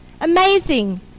Amazing